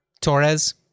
Torres